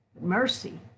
Mercy